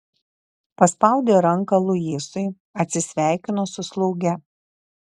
paspaudė ranką luisui atsisveikino su slauge